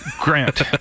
grant